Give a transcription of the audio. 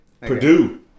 Purdue